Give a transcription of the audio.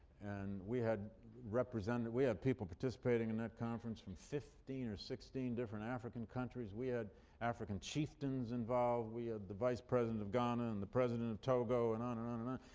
and we had representatives we had people participating in that conference from fifteen or sixteen different african countries. we had african chieftains involved, we had the vice-president of ghana and the president of togo and on and on and on.